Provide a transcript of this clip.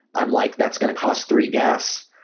i'm like, that's going to cost three gas,